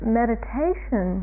meditation